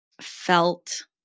felt